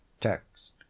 Text